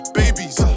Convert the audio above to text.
babies